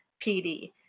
PD